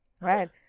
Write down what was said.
right